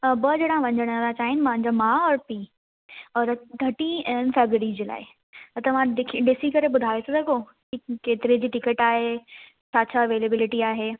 अ ॿ ॼणा वञण वारा आहिनि मुंहिंजो माउ और पीउ और थर्टीन फैबररी जे लाइ त तव्हां ॾिखी ॾिसी करे ॿुधाए था सघो केतिरे जी टिकट आहे छा छा अवेलेबेलिटी आहे